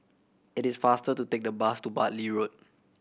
it is faster to take the bus to Bartley Road